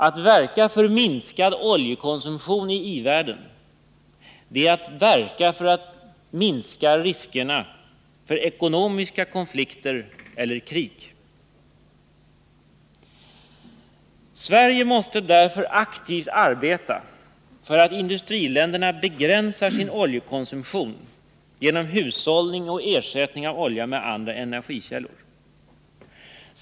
Att verka för minskning av oljekonsumtionen i i-världen är också att verka för att minska riskerna för ekonomiska konflikter eller krig. Sverige måste därför aktivt arbeta för att industriländerna begränsar sin oljekonsumtion, genom hushållning och ersättning av oljan med andra energikällor.